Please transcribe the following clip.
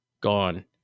gone